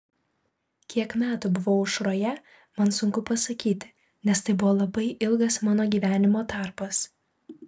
kiek metų buvau aušroje man sunku pasakyti nes tai buvo labai ilgas mano gyvenimo tarpas